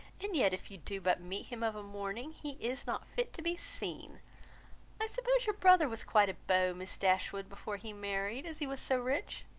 and yet if you do but meet him of a morning, he is not fit to be seen i suppose your brother was quite a beau, miss dashwood, before he married, as he was so rich?